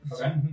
Okay